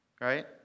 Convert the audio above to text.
Right